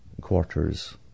quarters